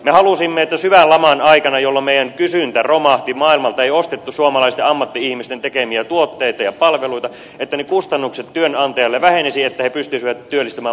me halusimme että syvän laman aikana jolloin meidän kysyntä romahti maailmalta ei ostettu suomalaisten ammatti ihmisten tekemiä tuotteita ja palveluita ne kustannukset työnantajalle vähenisivät niin että he pystyisivät työllistämään mahdollisimman monta